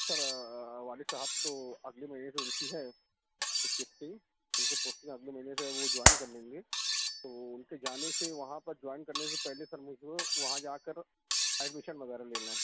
سر والد صاحب تو اگلے مہینے سے ڈیوٹی ہے شفٹنگ ان کی پوسٹنگ اگلے مہینے سے ہے وہ جوائن کرلیں گے تو ان کے جانے سے وہاں پر جوائن کرنے سے پہلے پہلے مجھے وہاں جا کر ایڈمیشن وغیرہ لینا ہے